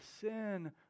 sin